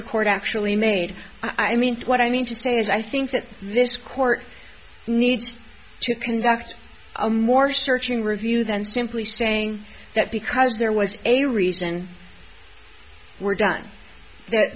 record actually made i mean what i mean to say is i think that this court needs to conduct a more searching review than simply saying that because there was a reason we're done